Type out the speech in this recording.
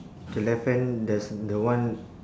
the left hand there's the one